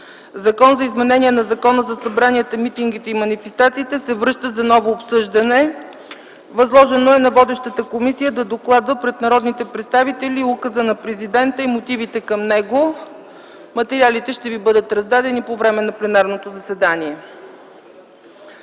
Закон за изменение на Закона за събранията, митингите и манифестациите, се връща за ново обсъждане. Възложено е на водещата комисия да докладва пред народните представители указа на президента и мотивите към него. Материалите ще ви бъдат раздадени по време на пленарното заседание.